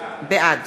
בעד